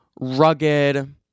rugged